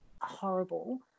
horrible